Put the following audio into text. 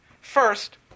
First